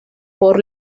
por